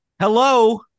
Hello